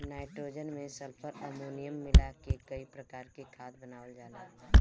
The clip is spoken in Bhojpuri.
नाइट्रोजन में सल्फर, अमोनियम मिला के कई प्रकार से खाद बनावल जाला